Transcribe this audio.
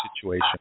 situation